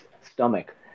stomach